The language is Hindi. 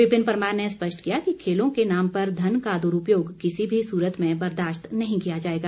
विपिन परमार ने स्पष्ट किया कि खेलों के नाम पर धन का दुरूपयोग किसी भी सूरत में बर्दाश्त नहीं किया जाएगा